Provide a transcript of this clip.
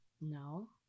No